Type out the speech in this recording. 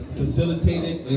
facilitated